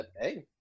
hey